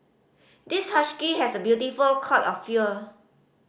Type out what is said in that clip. this husky has a beautiful cut of fewer